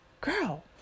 girl